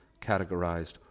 categorized